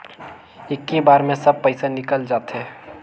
इक्की बार मे सब पइसा निकल जाते?